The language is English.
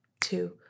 two